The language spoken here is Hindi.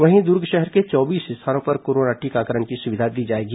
वहीं दुर्ग शहर के चौबीस स्थानों पर कोरोना टीकाकरण की सुविधा दी जाएगी